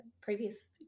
previous